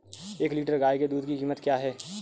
एक लीटर गाय के दूध की कीमत क्या है?